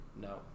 No